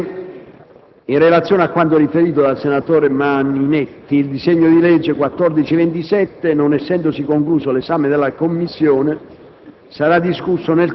In relazione a quanto riferito dal senatore Maninetti, il disegno di legge n. 1427, non essendosi concluso l'esame della Commissione,